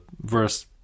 verse